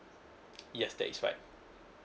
yes that is right